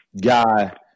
guy